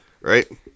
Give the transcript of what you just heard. Right